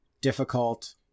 difficult